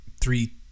three